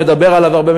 מדבר עליו הרבה,